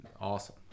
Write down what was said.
awesome